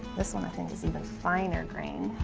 this one i think is even finer grain.